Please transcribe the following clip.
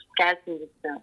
skęsim visi